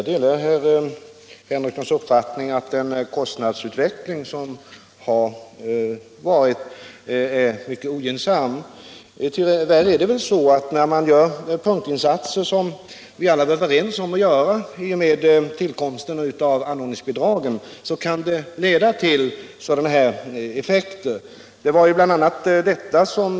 Herr talman! Jag delar herr Henriksons uppfattning att den kostnadsutveckling som har ägt rum är mycket ogynnsam. Tyvärr kan sådana punktinsatser som vi alla var överens om att göra i och med tillkomsten av anordningsbidragen leda till effekter av detta slag.